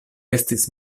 estas